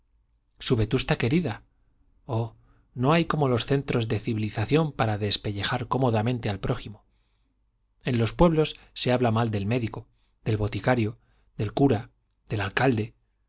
maldecir su vetusta querida oh no hay como los centros de civilización para despellejar cómodamente al prójimo en los pueblos se habla mal del médico del boticario del cura del alcalde